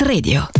Radio